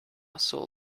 sol